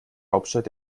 hauptstadt